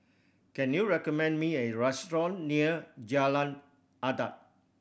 can you recommend me a restaurant near Jalan Adat